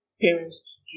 parents